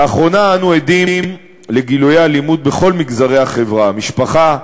לאחרונה אנו עדים לגילויי אלימות בכל מגזרי החברה: במשפחה,